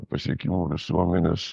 pasiekimų visuomenės